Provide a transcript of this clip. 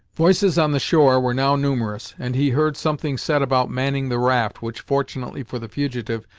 voices on the shore were now numerous, and he heard something said about manning the raft, which, fortunately for the fugitive,